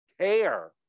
care